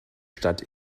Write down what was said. stadt